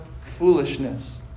foolishness